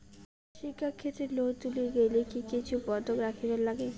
শিক্ষাক্ষেত্রে লোন তুলির গেলে কি কিছু বন্ধক রাখিবার লাগে?